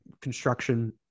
construction